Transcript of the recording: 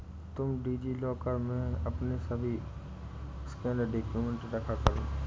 तुम DigiLocker में ही अपने सभी स्कैंड डाक्यूमेंट रखा करो